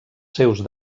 seus